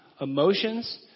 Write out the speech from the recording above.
emotions